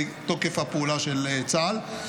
מתוקף הפעולה של צה"ל.